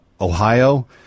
Ohio